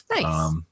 Nice